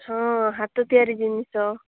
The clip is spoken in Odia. ହଁ ହାତ ତିଆରି ଜିନିଷ